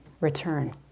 return